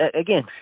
again